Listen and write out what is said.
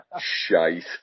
Shite